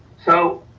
so